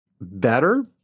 better